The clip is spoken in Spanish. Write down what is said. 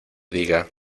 diga